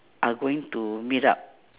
are going to meet up